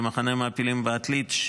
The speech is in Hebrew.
במחנה המעפילים בעתלית,